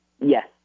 Yes